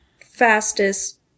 fastest